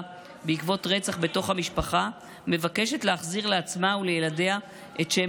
בעקבות רצח בתוך המשפחה מבקשת להחזיר לעצמה ולילדיה את שם